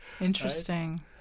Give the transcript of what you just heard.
Interesting